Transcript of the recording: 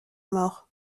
mort